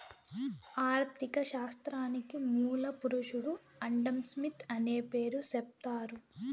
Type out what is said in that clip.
ఆర్ధిక శాస్త్రానికి మూల పురుషుడు ఆడంస్మిత్ అనే పేరు సెప్తారు